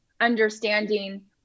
understanding